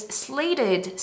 slated